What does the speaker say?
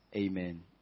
Amen